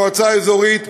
המועצה האזורית,